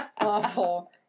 Awful